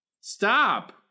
Stop